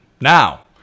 Now